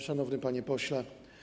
Szanowny Panie Pośle!